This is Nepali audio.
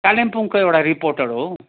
कालिम्पोङको एउटा रिपोर्टर हो